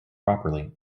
properly